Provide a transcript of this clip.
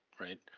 right